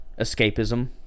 Escapism